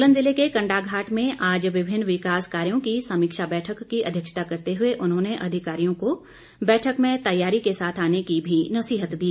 सोलन जिले के कंडाघाट में आज विभिन्न विकास कार्यों की समीक्षा बैठक की अध्यक्षता करते हुए उन्होंने अधिकारियों को बैठक में तैयारी के साथ आने की भी नसीहत दी